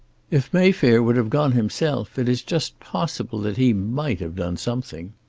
if mayfair would have gone himself, it is just possible that he might have done something.